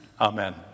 Amen